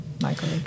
Michael